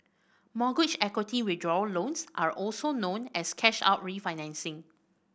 mortgage equity withdrawal loans are also known as cash out refinancing